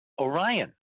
Orion